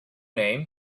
name